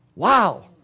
Wow